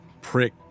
prick